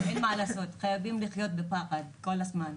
אין מה לעשות, חייבים לחיות בפחד כל הזמן.